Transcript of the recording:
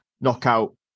knockout